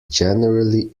generally